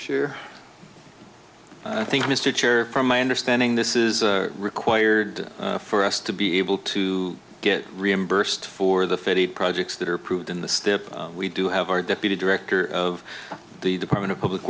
share i think mr chair from my understanding this is required for us to be able to get reimbursed for the thirty projects that are approved in the stip we do have our deputy director of the department of public